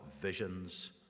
visions